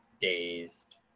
dazed